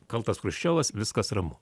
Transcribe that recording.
kaltas chruščiovas viskas ramu